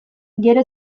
gero